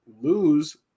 lose